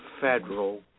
federal